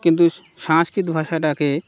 কিন্তু সংস্কৃত ভাষাটাকে